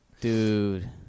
dude